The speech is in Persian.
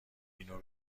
اینو